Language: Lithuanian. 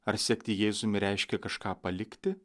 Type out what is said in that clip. ar sekti jėzumi reiškia kažką palikti